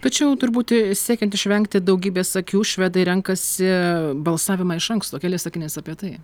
tačiau turbūt siekiant išvengti daugybės akių švedai renkasi balsavimą iš anksto keliais sakiniais apie tai